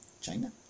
China